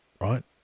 right